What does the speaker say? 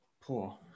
Poor